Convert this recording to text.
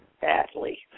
badly